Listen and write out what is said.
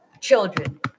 children